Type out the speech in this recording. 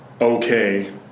okay